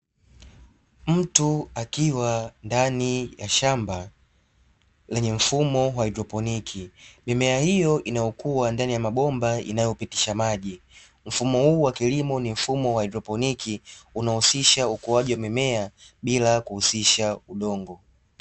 Mtu akiwa ndani ya shamba lenye mfumo wa haidroponiki, mimea hiyo inayokuwa ndani ya mabomba inayopitisha maji, mfumo huu wa kilimo ni mfumo wa haidroponiki unahusisha ukuaji wa mimea bila kuhusisha udongo.